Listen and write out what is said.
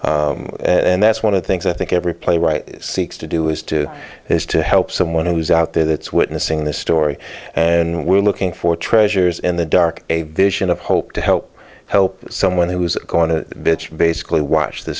someone and that's one of the things i think every playwright seeks to do is to is to help someone who's out there that's witnessing this story and we're looking for treasures in the dark a vision of hope to help help someone who is going to bitch basically watch th